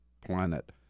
planet